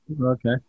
Okay